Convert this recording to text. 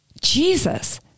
Jesus